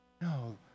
No